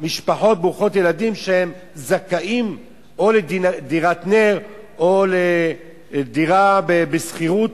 משפחות ברוכות ילדים שזכאיות או לדירת נ"ר או לדירה בשכירות,